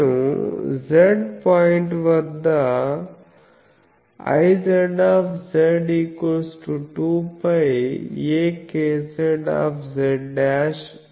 నేను z point వద్ద Iz 2πakz z అని వ్రాయవచ్చు